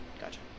Gotcha